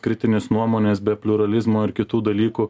kritinės nuomonės be pliuralizmo ir kitų dalykų